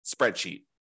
spreadsheet